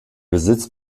besitz